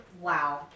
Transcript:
Wow